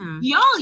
Y'all